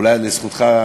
אולי לזכותך,